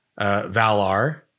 Valar